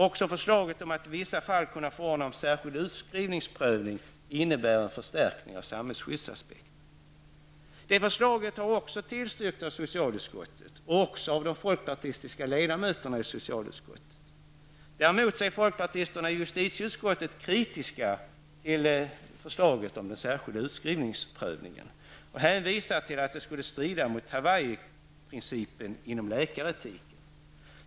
Också förslaget om att i vissa fall kunna förordna om särskild utskrivningsprövning innebär en förstärkning av samhällsskyddsaspekten. Det förslaget har också tillstyrkts av socialutskottet, och även av de folkpartistiska ledamöterna i socialutskottet. Däremot är folkpartisterna i justitieutskottet kritiska till förslaget om den särskilda utskrivningsprövningen och hänvisar till att det skulle strida mot Hawaii-principen inom läkaretiken.